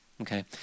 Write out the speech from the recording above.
okay